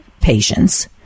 patients